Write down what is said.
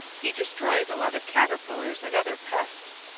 he destroys a lot of caterpillars and other pests.